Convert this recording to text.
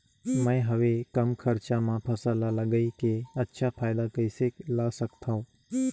मैं हवे कम खरचा मा फसल ला लगई के अच्छा फायदा कइसे ला सकथव?